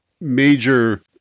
major